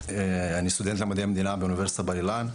אני סטודנט למדעי המדינה באוניברסיטת בר אילן,